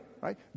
right